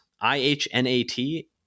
I-H-N-A-T